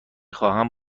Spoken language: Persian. خواهم